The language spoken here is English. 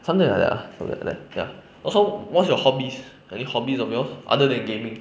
something like that ah so like that ya also what's your hobbies any hobbies of yours other than gaming